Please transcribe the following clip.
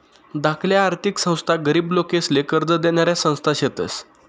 धाकल्या आर्थिक संस्था गरीब लोकेसले कर्ज देनाऱ्या संस्था शेतस